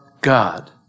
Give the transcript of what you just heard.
God